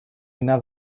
eina